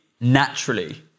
naturally